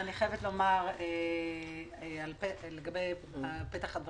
אני חייבת לומר לגבי הדברים